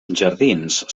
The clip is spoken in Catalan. jardins